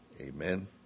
Amen